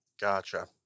gotcha